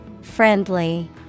Friendly